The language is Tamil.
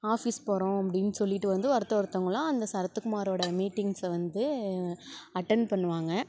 ஆஃபிஸ் போகறோம் அப்டின் சொல்லிட்டு வந்து ஒருத்த ஒருத்தவுங்களா அந்த சரத்துக்குமாரோட மீட்டிங்ஸை வந்து அட்டன்ட் பண்ணுவாங்க